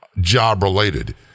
job-related